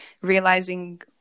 realizing